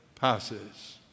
passes